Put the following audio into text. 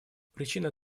причины